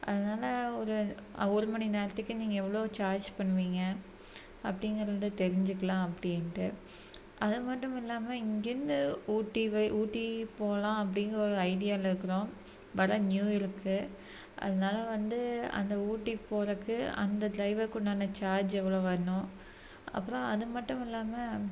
அதனால ஒரு ஒரு மணி நேரத்துக்கு நீங்க எவ்வளோ சார்ஜ் பண்ணுவீங்க அப்படிங்கிறது தெரிஞ்சுக்கலாம் அப்படினுட்டு அது மட்டும் இல்லாம இங்கிருந்து ஊட்டி ஊட்டி போகலாம் அப்படிங்கிற ஒரு ஐடியால இருக்கிறோம் வர நியூஇயருக்கு அதனால வந்து அந்த ஊட்டி போகறக்கு அந்த டிரைவருக்கு உண்டான சார்ஜ் எவ்வளோ வர்ணும் அப்புறோம் அது மட்டும் இல்லாம